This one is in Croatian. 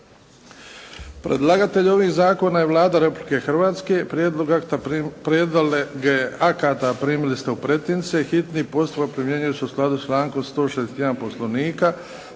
Predlagatelj ovih zakona je Vlada Republike Hrvatske. Prijedloge akata primili ste u pretince. Hitni postupak primjenjuje se u skladu sa člankom 161. Poslovnika.